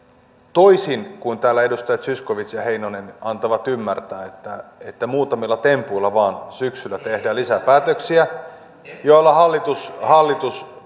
toisin kuin täällä edustajat zyskowicz ja heinonen antavat ymmärtää että että muutamilla tempuilla vaan syksyllä tehdään lisäpäätöksiä joilla hallitus hallitus